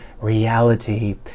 reality